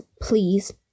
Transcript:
please